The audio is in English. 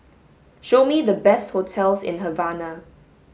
show me the best hotels in Havana